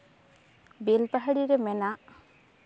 ᱵᱮᱞ ᱯᱟᱦᱟᱲᱤ ᱨᱮ ᱢᱮᱱᱟᱜ